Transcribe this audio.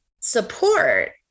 Support